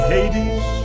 Hades